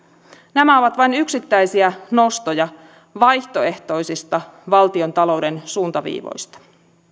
nämä ovat vain yksittäisiä nostoja vaihtoehtoisista valtiontalouden suuntaviivoista